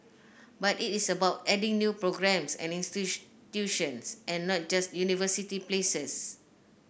but it is about adding new programmes and institutions and not just university places